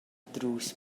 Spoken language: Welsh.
drws